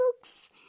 books